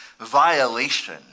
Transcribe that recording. violation